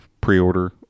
pre-order